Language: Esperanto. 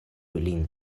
lin